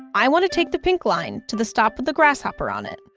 i want to take the pink line to the stop with the grasshopper on it.